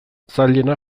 zailena